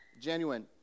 genuine